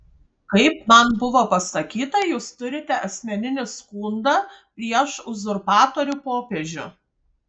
kaip man buvo pasakyta jūs turite asmeninį skundą prieš uzurpatorių popiežių